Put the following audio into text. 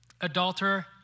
adulterer